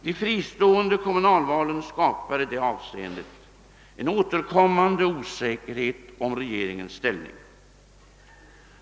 De fristående kommunalvalen skapade i det avseendet en återkommande osäkerhet om regeringens ställning.